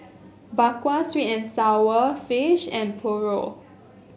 Bak Kwa sweet and sour fish and Paru